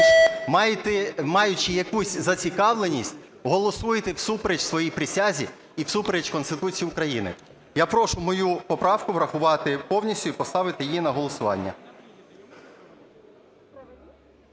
маючи якусь зацікавленість, голосуєте всупереч своїй присязі і всупереч Конституції України. Я прошу мою поправку врахувати повністю і поставити її на голосування.